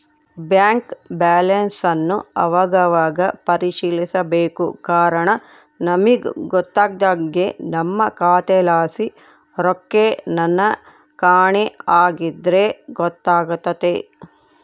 bank ಬ್ಯಾಲನ್ಸನ್ ಅವಾಗವಾಗ ಪರಿಶೀಲಿಸ್ಬೇಕು ಕಾರಣ ನಮಿಗ್ ಗೊತ್ತಾಗ್ದೆ ನಮ್ಮ ಖಾತೆಲಾಸಿ ರೊಕ್ಕೆನನ ಕಾಣೆ ಆಗಿದ್ರ ಗೊತ್ತಾತೆತೆ